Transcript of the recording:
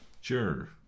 Sure